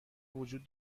وجود